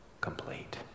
complete